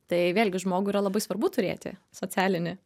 tai vėlgi žmogui yra labai svarbu turėti socialinį